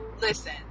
listen